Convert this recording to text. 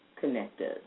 connected